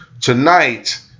tonight